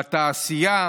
בתעשייה,